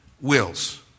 wills